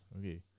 okay